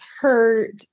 hurt